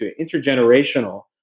intergenerational